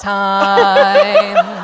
time